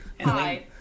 Hi